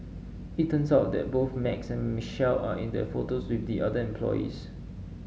it turns out that both Max and Michelle are in the photos with the other employees